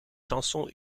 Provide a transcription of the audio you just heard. chansons